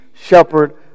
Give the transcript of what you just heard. shepherd